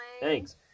Thanks